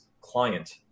client